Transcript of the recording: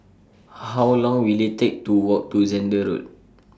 How Long Will IT Take to Walk to Zehnder Road